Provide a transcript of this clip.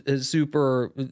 super